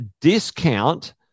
discount